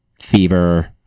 fever